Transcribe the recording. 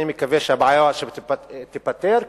שהבעיה תיפתר,